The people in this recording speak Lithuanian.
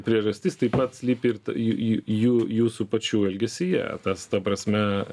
priežastis taip pat slypi ir j j jū jūsų pačių elgesyje tas ta prasme